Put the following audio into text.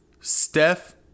Steph